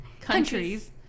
countries